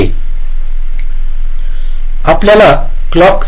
आपल्याला clock skew आधीपासूनच माहित असेल